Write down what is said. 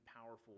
powerful